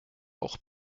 auch